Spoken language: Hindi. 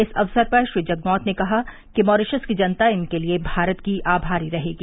इस अवसर पर श्री जगन्नाथ ने कहा कि मॉरिशस की जनता इनके लिए भारत की आभारी रहेगी